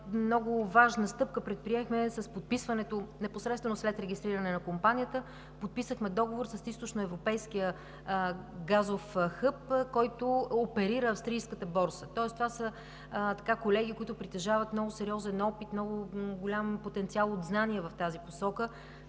много важна стъпка с подписването, непосредствено след регистриране на компанията, подписахме договор с източноевропейския газов хъб, който оперира австрийската борса, тоест това са колеги, които притежават много сериозен опит, много голям потенциал от знание в тази посока